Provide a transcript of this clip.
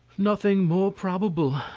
nothing more probable,